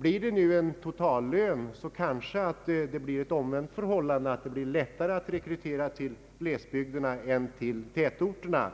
Om det blir en totallön kan vi kanske få ett omvänt förhållande så att det blir lättare att rekrytera till glesbygderna än till tätorterna.